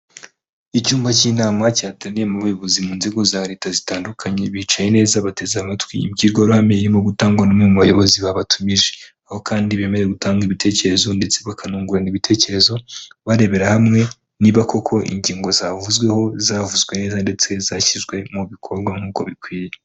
Icyumba cy'inama cyateraniyemo abayobozi mu nzego za leta zitandukanye, bicaye neza bateze amatwi imbwirwa ruhame irimo gutangwa n'umwe mu bayobozi babatumije, aho kandi bemerewe gutanga ibitekerezo ndetse bakanungurana ibitekerezo, barebera hamwe niba koko ingingo zavuzweho zavuzwe neza ndetse zashyizwe mu bikorwa nkuko bikwiye.